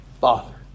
Father